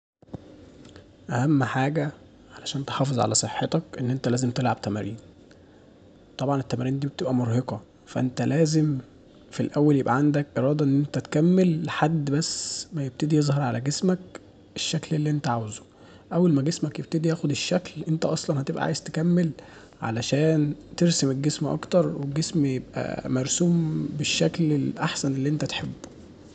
اهم حاجة علشان تحافظ على صحتك ان انت لازم تلعب تمارين طبعا التمارين دي بتبقى مرهقة فانت لازم في الاول يبقى عندك ارادة انت تكمل لحد بس مايبتدي يظهر على جسمك الشكل اللي انت عاوزه اول ما جسمك يبتدي ياخد الشكل انت اصلا هتبقى عايز تكمل علشان ترسم الجسم اكتر والجسم يبقى مرسوم بالشكل الاحسن اللي انت تحبه